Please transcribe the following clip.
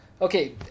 Okay